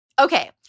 Okay